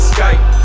Skype